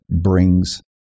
brings